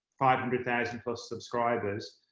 five hundred thousand plus subscribers.